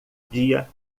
dia